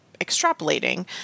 extrapolating